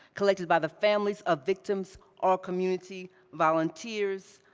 collected by the families of victims or community volunteers,